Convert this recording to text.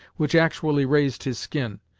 which actually raised his skin.